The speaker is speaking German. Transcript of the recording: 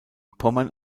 pommern